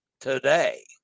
today